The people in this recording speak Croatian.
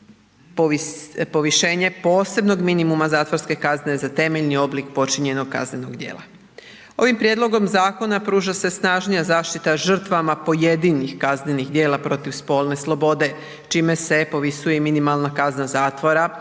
povišenje posebnog minimuma zatvorske kazne za temeljni oblik počinjenog kaznenog djela. Ovim prijedlogom zakona pruža se snažnija zaštita žrtvama pojedinih kaznenih djela protiv spolne slobode čime se povisuje i minimalna kazna zatvora